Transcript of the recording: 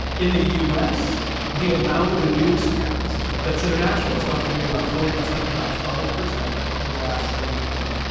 in the us the amount of a newscast that's international has gone from about forty percent to about twelve percent over the last thirty years.